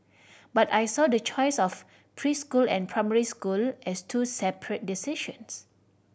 but I saw the choice of preschool and primary school as two separate decisions